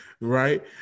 right